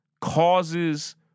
causes